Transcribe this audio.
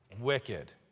wicked